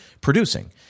producing